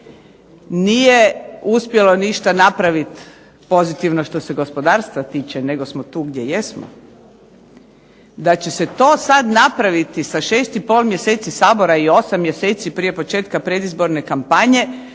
nije uspjelo ništa napraviti pozitivno što se gospodarstva tiče nego smo tu gdje jesmo, da će se to sad napraviti sa 6 i pol mjeseci Sabora i 8 mjeseci prije početka predizborne kampanje